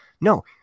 No